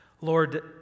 Lord